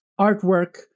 artwork